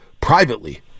privately